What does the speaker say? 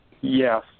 Yes